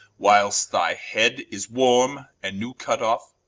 whiles thy head is warme, and new cut off,